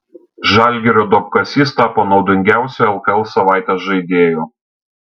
žalgirio duobkasys tapo naudingiausiu lkl savaitės žaidėju